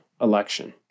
election